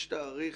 יש תאריך?